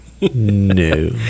No